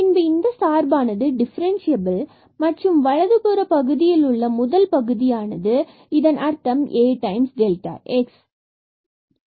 பின்பு இந்த சார்பானது டிஃபரண்ட்சியபிள் மற்றும் வலது புற பகுதியில் உள்ள முதல் பகுதியானது இதன் அர்த்தம் A டைம்ஸ் டெல்டா x